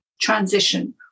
transition